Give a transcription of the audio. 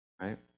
right